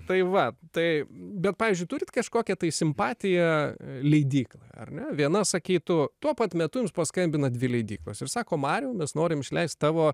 tai va tai bet pavyzdžiui turit kažkokią simpatiją leidyklai ar ne viena sakytų tuo pat metu jums paskambina dvi leidyklos ir sako mariau mes norim išleist tavo